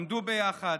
למדו ביחד,